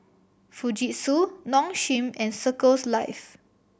Fujitsu Nong Shim and Circles Life